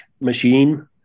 machine